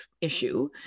issue